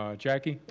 ah jackie?